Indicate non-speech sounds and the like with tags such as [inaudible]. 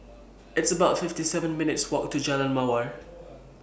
It's about fifty seven minutes' Walk to Jalan Mawar [noise]